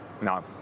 no